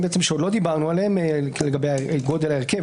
שעוד לא דיברנו עליהם לגבי גודל ההרכב,